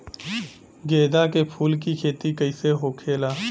गेंदा के फूल की खेती कैसे होखेला?